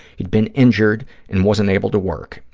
he'd been injured and wasn't able to work.